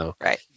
right